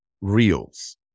reels